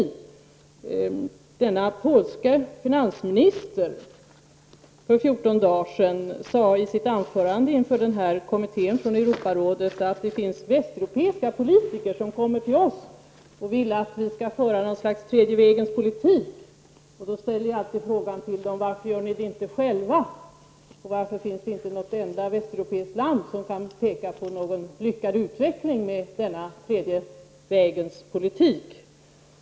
Den polske finansministern sade för 14 dagar sedan i sitt anförande inför kommittén från Europarådet: Det finns västeuropeiska politiker som kommer till oss och vill att vi skall föra någon sorts tredje vägens politik, och jag ställer då alltid frågan: Varför gör ni det inte själva? Och varför finns det inte något enda västeuropeiskt land som kan peka på en lyckad utveckling med denna tredje vägens politik?